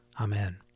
Amen